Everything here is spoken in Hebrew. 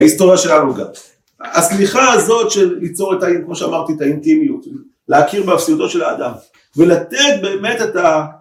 ההיסטוריה שלנו גם. הסליחה הזאת של ליצור את האינטימיות, להכיר באפסותו של האדם ולתת באמת את